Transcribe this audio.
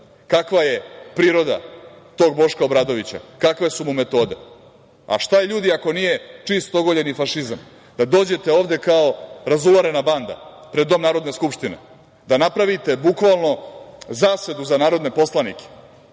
Kakva je priroda tog Boška Obradovića, kakve su mu metode? A šta je, ljudi, ako nije čist ogoljeni fašizam. Da dođete ovde kao razularena banda, pred dom Narodne skupštine, da napravite bukvalno zasedu za narodne poslanike,